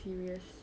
serious